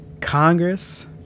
Congress